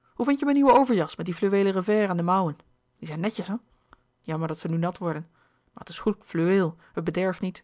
kleine zielen je mijn nieuwe overjas met die fluweelen revers aan de mouwen die zijn netjes hè jammer dat ze nu nat worden maar het is goed fluweel het bederft niet